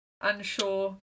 unsure